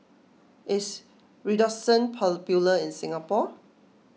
is Redoxon popular in Singapore